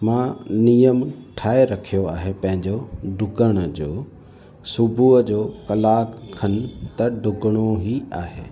मां नियम ठाहे रखियो आहे पंहिंजो डुकण जो सुबुह जो कलाक खण त डुकिणो ई आहे